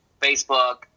facebook